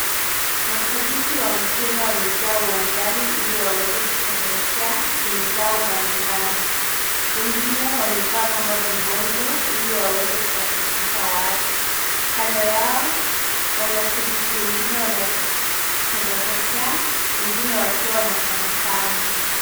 Mashabiki wa mpira wamejaa uwanjani ili waweze kusherehekea timu zao mbalimbali. Wengine wamevaa kama vibonzo ili waweze kuwachekesha watu. Kando yao wanashabiki wengine wanasherehekea, wengine wakiwa wanatabasamu.